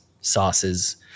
sauces